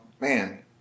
man